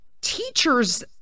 teachers